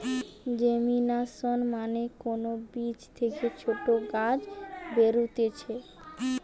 germination মানে কোন বীজ থেকে ছোট গাছ বেরুতিছে